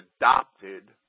adopted